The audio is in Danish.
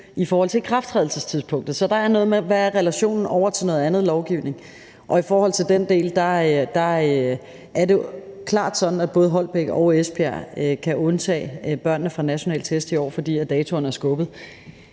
i forhold til ikrafttrædelsestidspunktet. Så der er noget med, hvad relationen er over til noget andet lovgivning. Og i forhold til den del er det jo klart sådan, at både Holbæk og Esbjerg kan undtage børnene fra nationale test i år, fordi datoerne er skubbet.